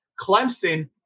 Clemson